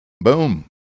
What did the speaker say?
Boom